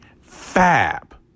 Fab